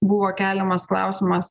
buvo keliamas klausimas